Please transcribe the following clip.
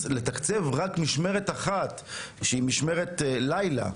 אז לתקצב משמרת אחת שהיא משמרת לילה,